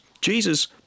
Jesus